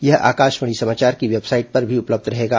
यह आकाशवाणी समाचार की वेबसाइट पर भी उपलब्ध रहेगा